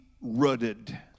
rooted